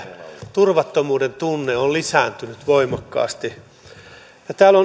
turvattomuuden tunne on lisääntynyt voimakkaasti täällä